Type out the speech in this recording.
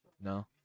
No